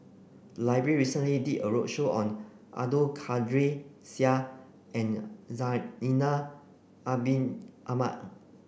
library recently did a roadshow on Abdul Kadir Syed and Zainal Abidin Ahmad